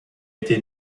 été